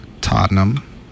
Tottenham